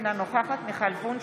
אינה נוכחת מיכל וונש,